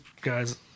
guys